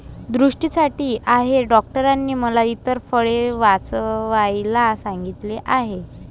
दृष्टीसाठी आहे डॉक्टरांनी मला इतर फळे वाचवायला सांगितले आहे